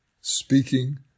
speaking